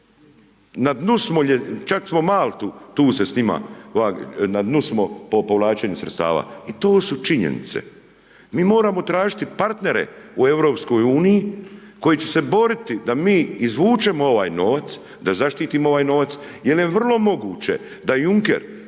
na dnu smo, čak smo Maltu, tu se s njima, na dnu smo po povlačenju sredstava i to su činjenice. Mi moramo tražiti partnere u Europskoj uniji koji će se boriti da mi izvučemo ovaj novac, da zaštitimo ovaj novac, jer je vrlo moguće da Juncker,